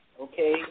okay